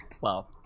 Wow